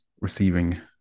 receiving